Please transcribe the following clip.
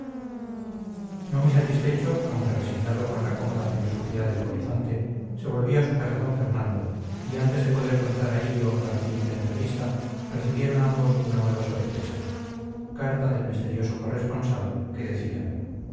no muy satisfecho aunque resignado con la cómoda filosofía del polizonte se volvió a su casa d fernando y antes de poder contar a hillo la reciente entrevista recibieron ambos una nueva sorpresa carta del misterioso corresponsal que decía